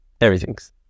everything's